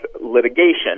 litigation